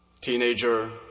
teenager